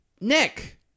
Nick